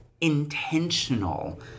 intentional